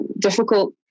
difficult